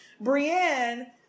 Brienne